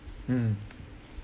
mm